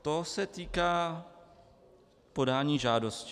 To se týká podání žádosti.